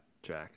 Jack